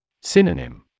Synonym